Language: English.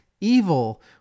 evil